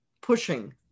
pushing